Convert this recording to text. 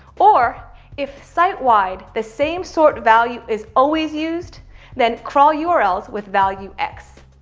or if site-wide, the same sort value is always used, then crawl yeah urls with value x.